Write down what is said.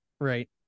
Right